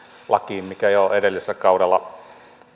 lakiin mikä jo edellisellä kaudella